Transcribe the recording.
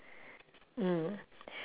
mm